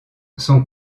son